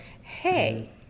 hey